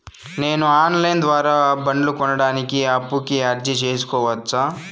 నేను online ద్వారా బండ్లు కొనడానికి అప్పుకి అర్జీ సేసుకోవచ్చా?